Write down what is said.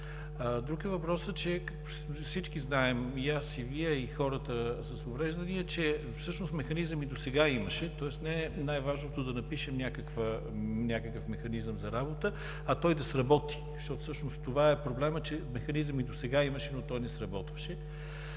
Друг е въпросът, че всички знаем – и аз, и Вие, и хората с увреждания, че всъщност механизъм и досега имаше. Тоест, не е най-важното да напишем някакъв механизъм за работа, а той да сработи. Защото всъщност това е проблемът, че механизъм и досега имаше, но той не сработваше